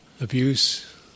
abuse